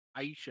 Aisha